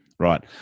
Right